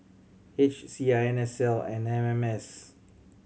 H C I N S L and M M S